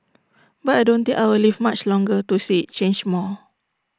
but I don't think I'll live much longer to see change more